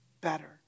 better